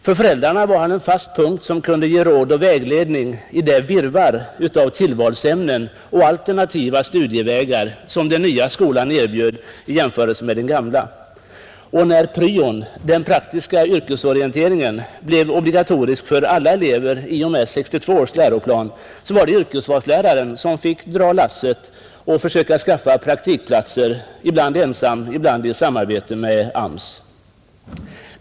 För föräldrarna var yrkesvalsläraren en fast punkt och kunde ge råd och vägledning i det virrvarr av tillvalsämnen och alternativa studievägar som den nya skolan erbjöd i jämförelse med den gamla, När pryon — den praktiska yrkesorienteringen — blev obligatorisk för alla elever i och med 1962 års läroplan var det yrkesvalsläraren som fick dra lasset och försöka skaffa praktikplatser, ibland ensam, ibland i samarbete med AMS.